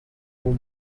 home